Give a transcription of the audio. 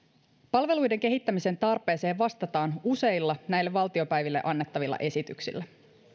palveluiden kehittämisen tarpeeseen vastataan useilla näille valtiopäiville annettavilla esityksillä